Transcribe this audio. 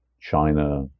China